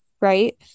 right